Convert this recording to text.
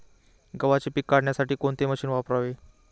गव्हाचे पीक काढण्यासाठी कोणते मशीन वापरावे?